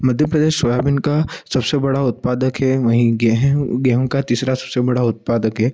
मध्य Pradesh soybean का सबसे बड़ा उत्पादक है वहीं गेहूँ गेहूँ का तीसरा सबसे बड़ा उत्पादक है